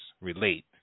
Relate